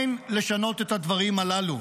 אין לשנות את הדברים הללו,